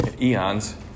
eons